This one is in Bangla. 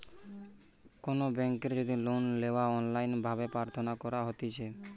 কোনো বেংকের যদি লোন লেওয়া অনলাইন ভাবে প্রার্থনা করা হতিছে